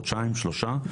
חודשיים או שלושה,